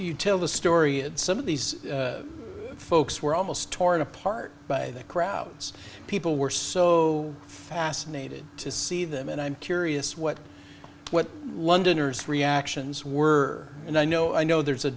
tell the story and some of these folks were almost torn apart by the crowds people were so fascinated to see them and i'm curious what what londoners reactions were and i know i know there's a